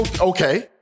Okay